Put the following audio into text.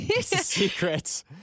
Secrets